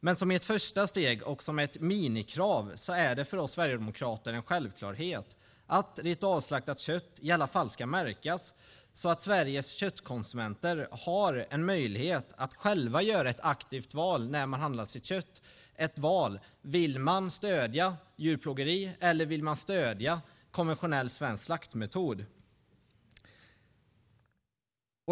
Men som ett första steg och som ett minikrav är det för oss sverigedemokrater en självklarhet att ritualslaktat kött i alla fall ska märkas så att Sveriges köttkonsumenter har en möjlighet att själva göra ett aktivt val när man handlar sitt kött, ett val om man vill stödja djurplågeri eller om man vill stödja konventionell svensk slaktmetod.